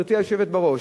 גברתי היושבת-ראש: